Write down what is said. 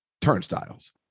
Turnstiles